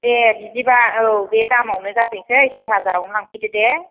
दे बिदिबा औ बे दामआवनो जाथोंसै सइ हाजारआवनो लांफैदो दे